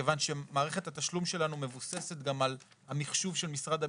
כיוון שמערכת התשלום שלנו מבוססת גם על המחשוב של משרד הביטחון,